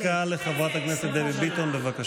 אני מוסיף דקה לחברת הכנסת דבי ביטון, בבקשה.